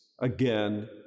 again